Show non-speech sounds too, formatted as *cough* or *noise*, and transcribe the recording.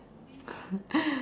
*breath*